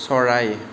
চৰাই